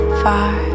far